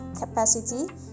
capacity